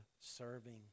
serving